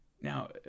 Now